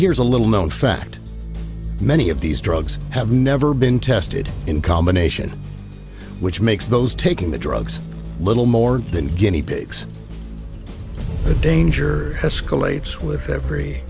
here's a little known fact many of these drugs have never been tested in combination which makes those taking the drugs little more than guinea pigs the danger escalates with every